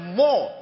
more